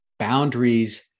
Boundaries